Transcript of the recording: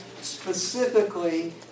specifically